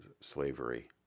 slavery